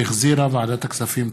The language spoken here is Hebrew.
שהחזירה ועדת הכספים.